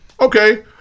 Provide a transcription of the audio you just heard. okay